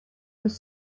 was